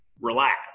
relax